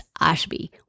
Ashby